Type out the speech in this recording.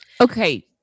Okay